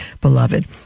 beloved